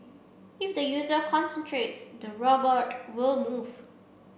if the user concentrates the robot will move